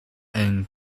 and